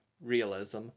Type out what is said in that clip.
realism